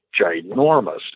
ginormous